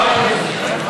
לא נתקבלה.